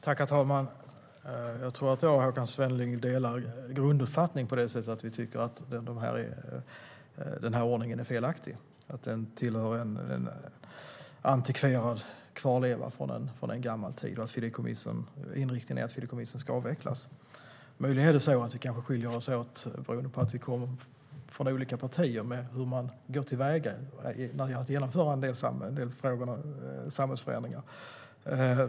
Herr talman! Jag tror att Håkan Svenneling och jag har samma grunduppfattning. Vi tycker att den här ordningen är felaktig, att det är en antikverad kvarleva från en gammal tid och att inriktningen är att fideikommissen ska avvecklas. Möjligen har vi skilda uppfattningar, beroende på att vi tillhör olika partier, om hur man ska gå till väga när det gäller att genomföra vissa samhällsförändringar.